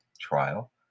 trial